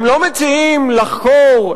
הם לא מציעים לחקור,